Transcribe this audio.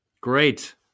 great